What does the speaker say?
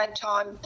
time